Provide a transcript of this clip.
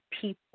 people